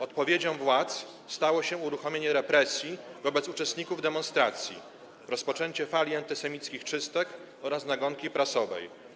Odpowiedzią władz stało się uruchomienie represji wobec uczestników demonstracji, rozpoczęcie fali antysemickich czystek oraz nagonki prasowej.